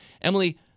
Emily